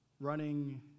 running